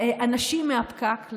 אנשים מהפקק,